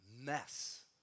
mess